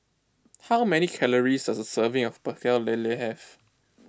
how many calories does a serving of Pecel Lele have